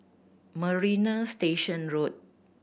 Marina Station Road